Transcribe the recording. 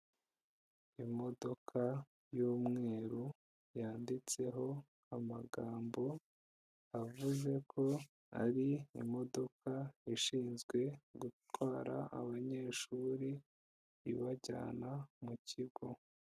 Imodoka y'umweru yanditseho amagambo avuze ko ari imodoka ishinzwe gutwara abanyeshuri ibajyana mu kigo.